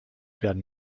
werden